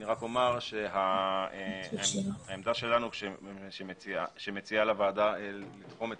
אני אומר שהעמדה שלנו שמציעה לוועדה לתחום את